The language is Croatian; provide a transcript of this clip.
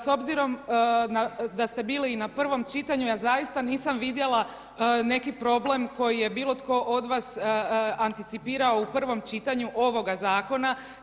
S obzirom da ste bili i na prvom čitanju, ja zaista nisam vidjela neki problem koji je bilo tko od vas anticipirao u prvom čitanju ovoga zakona.